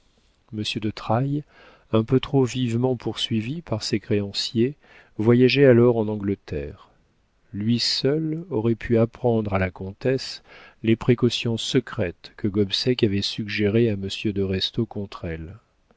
de trailles un peu trop vivement poursuivi par ses créanciers voyageait alors en angleterre lui seul aurait pu apprendre à la comtesse les précautions secrètes que gobseck avait suggérées à monsieur de restaud contre elle